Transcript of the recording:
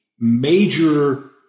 major